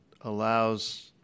allows